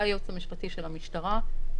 והייעוץ המשפטי של המשטרה,